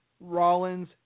Rollins